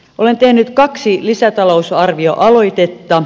olen tehnyt kaksi lisätalousarvioaloitetta